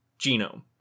genome